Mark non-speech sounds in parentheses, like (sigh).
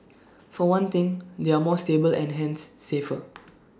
for one thing they are more stable and hence safer (noise)